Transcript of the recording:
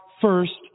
first